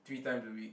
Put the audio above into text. three times a week